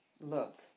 look